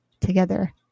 together